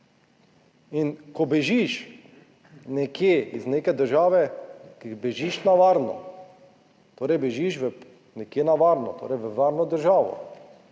In ko bežiš nekje iz neke države, ko bežiš na varno, torej bežiš nekje na varno, torej v varno državo.